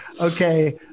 Okay